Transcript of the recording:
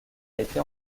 été